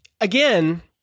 again